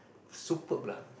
superb lah